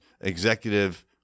executive